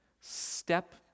step